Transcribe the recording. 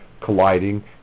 colliding